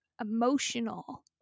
emotional